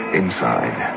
inside